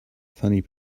funny